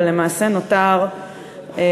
ולמעשה נותר מוגבל,